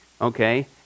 Okay